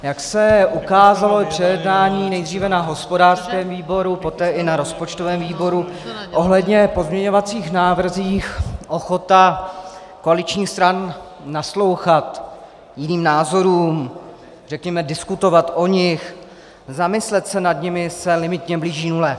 Jak se ukázalo před jednáním nejdříve na hospodářském výboru, poté i na rozpočtovém výboru ohledně pozměňovacích návrhů, ochota koaličních stran naslouchat jiným názorům, řekněme diskutovat o nich, zamyslet se nad nimi, se limitně blíží nule.